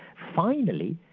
finally,